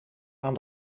aan